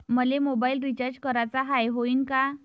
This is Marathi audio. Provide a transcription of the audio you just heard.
मले मोबाईल रिचार्ज कराचा हाय, होईनं का?